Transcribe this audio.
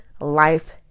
life